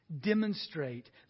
demonstrate